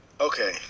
okay